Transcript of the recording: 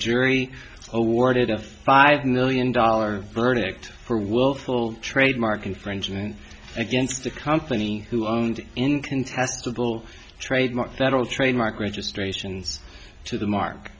jury awarded a five million dollar verdict for willful trademark infringement against the company who owned incontestable trademark federal trademark registrations to the mark